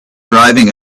driving